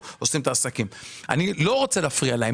אני לא רוצה להפריע להם.